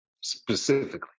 specifically